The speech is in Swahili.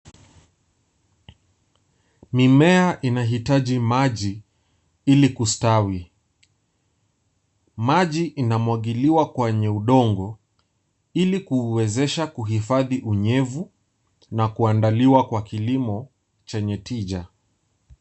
Mimea imahitaji maji ili kustawi. Maji inamwagiliwa kwenye udongo ili kuuwezesha kuhifadhi unyevu na kuandaliwa kwa kilimo chenye tija.